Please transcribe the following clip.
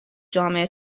جامعه